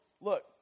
look